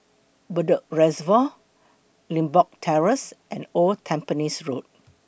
Bedok Reservoir Limbok Terrace and Old Tampines Road